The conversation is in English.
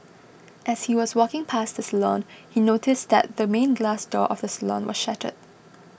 as he was walking past the salon he noticed that the main glass door of the salon was shattered